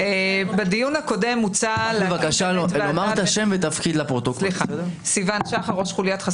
הדיון הזה נקבע מספיק זמן מראש.